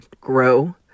grow